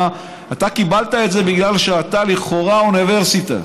אתה קיבלת את זה בגלל שאתה לכאורה אוניברסיטה,